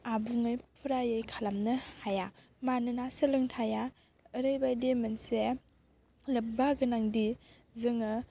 आबुङै फुरायै खालामनो हाया मानोना सोलोंथाइआ ओरैबायदि मोनसे लोब्बा गोनांदि जोङो